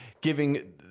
giving